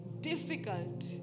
difficult